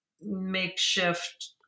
makeshift